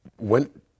went